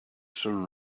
sun